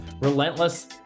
Relentless